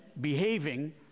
behaving